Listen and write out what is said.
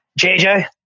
JJ